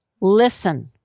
Listen